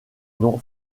nom